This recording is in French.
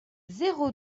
zéro